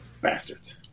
bastards